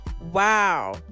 wow